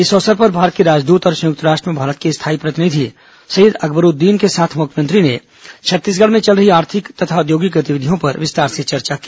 इस अवसर पर भारत के राजदूत और संयुक्त राष्ट्र में भारत के स्थायी प्रतिनिधि सैयद अकबरुद्दीन के साथ मुख्यमंत्री ने छत्तीसगढ़ में चल रही आर्थिक तथा औद्योगिक गतिविधियों पर विस्तार से चर्चा की